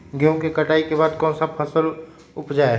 गेंहू के कटाई के बाद कौन सा फसल उप जाए?